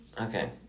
Okay